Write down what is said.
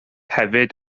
hefyd